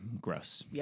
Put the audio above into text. gross